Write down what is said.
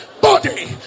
Body